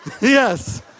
Yes